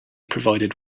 provided